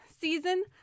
season